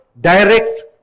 direct